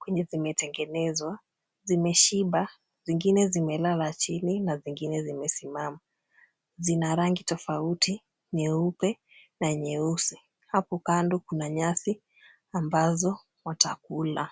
kwenye zimetengenezwa. Zimeshiba, zingine zimelala chini na zingine zimesimama. Zina rangi tofauti nyeupe na nyeusi. Hapo kando kuna nyasi ambazo watakula.